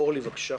אורלי, בבקשה.